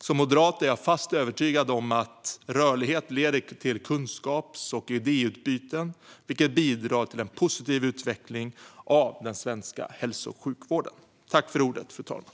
Som moderat är jag fast övertygad om att rörlighet leder till kunskaps och idéutbyten, vilket bidrar till en positiv utveckling av den svenska hälso och sjukvården. Bastjänstgöring för läkare